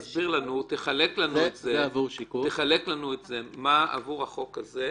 תחלק לנו את זה - מה עבור החוק הזה,